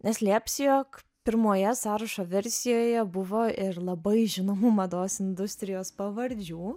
neslėpsiu jog pirmoje sąrašo versijoje buvo ir labai žinomų mados industrijos pavardžių